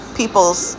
people's